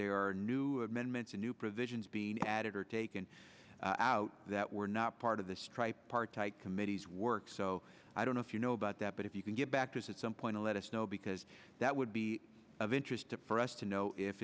there are new amendments a new provisions being added or taken out that were not part of this tripartite committee's work so i don't know if you know about that but if you can get back to us at some point let us know because that would be of interest to for us to know if